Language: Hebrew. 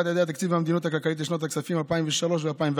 יעדי התקציב והמדיניות הכלכלית לשנות הכספים 2003 ו-2004),